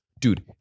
Dude